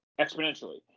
exponentially